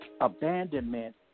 abandonment